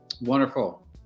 Wonderful